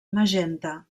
magenta